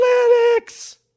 Analytics